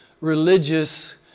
religious